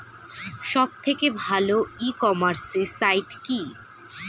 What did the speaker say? সব থেকে ভালো ই কমার্সে সাইট কী?